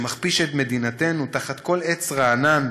שמכפיש את מדינתנו תחת כל עץ רענן,